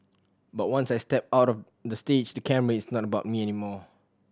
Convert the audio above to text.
but once I step out of the stage the camera it's not about me anymore